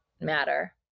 matter